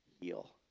heal